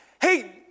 Hey